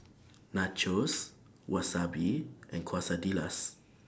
Nachos Wasabi and Quesadillas